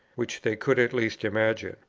which they could at least imagine,